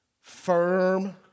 Firm